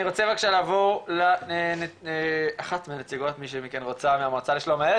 אני רוצה בבקשה לעבור לאחת מנציגות מי שמכן רוצה מהמועצה לשלום הילד,